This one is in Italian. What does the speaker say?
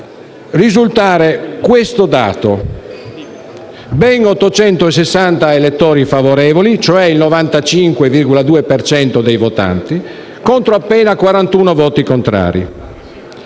risultato fu di ben 860 elettori favorevoli, cioè il 95,2 per cento dei votanti, contro appena 41 voti contrari.